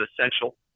essential